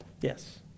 Yes